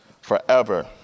forever